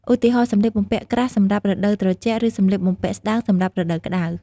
ឧទាហរណ៍ សម្លៀកបំពាក់ក្រាស់សម្រាប់រដូវត្រជាក់ ឬសម្លៀកបំពាក់ស្តើងសម្រាប់រដូវក្តៅ។